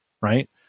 right